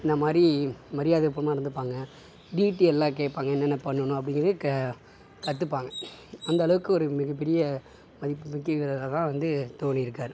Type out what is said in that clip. இந்தமாதிரி மரியாதை பூர்வமாக நடந்துப்பாங்க டீடைல்லாம் கேட்பாங்க என்னென்ன பண்ணனும் அப்படீங்குறது க கற்றுப்பாங்க அந்த அளவுக்கு ஒரு மிகப்பெரிய மதிப்பு மிக்க வீரராதான் வந்து தோனி இருக்கார்